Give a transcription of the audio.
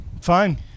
fine